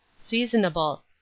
Seasonable